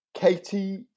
Katie